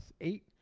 eight